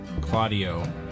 Claudio